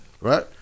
right